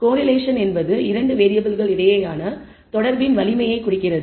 correlation என்பது 2 வேறியபிள்கள் இடையேயான தொடர்பின் வலிமையைக் குறிக்கிறது